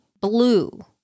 blue